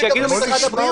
יש עוד שאלות למיכל?